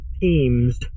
teams